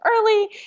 early